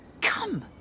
Come